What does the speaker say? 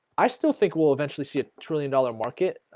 i still think we'll eventually see it trillion-dollar market